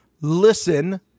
listen